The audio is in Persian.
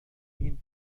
این